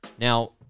Now